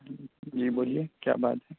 جی بولیے کیا بات ہے